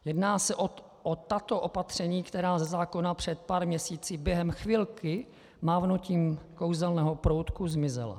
Jedná se o tato opatření, která ze zákona před pár měsíci během chvilky mávnutím kouzelného proutku zmizela.